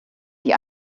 die